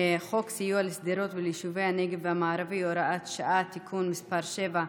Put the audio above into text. חוק סיוע לשדרות וליישובי הנגב המערבי (הוראת שעה) (תיקון מס' 7),